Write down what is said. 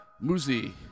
Muzi